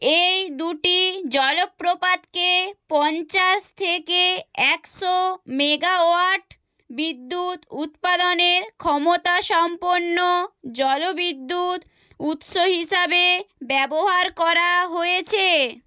এই দুটি জলপ্রপাতকে পঞ্চাশ থেকে একশো মেগাওয়াট বিদ্যুৎ উৎপাদনের ক্ষমতা সম্পন্ন জলবিদ্যুৎ উৎস হিসাবে ব্যবহার করা হয়েছে